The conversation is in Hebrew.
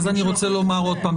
אז אני רוצה לומר עוד פעם,